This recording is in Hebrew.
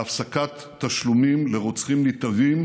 בהפסקת תשלומים לרוצחים נתעבים